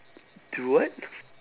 do what